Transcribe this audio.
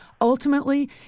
Ultimately